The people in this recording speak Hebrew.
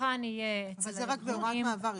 זה רק בהוראת מעבר.